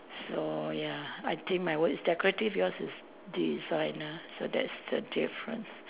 so ya I think my word is decorative yours is designer so that's the difference